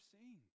seeing